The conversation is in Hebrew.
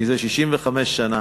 זה 65 שנה